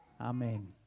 Amen